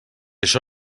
això